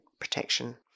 protection